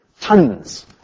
Tons